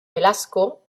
velasco